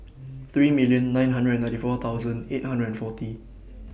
three million nine hundred and ninety four thousand eight hundred and forty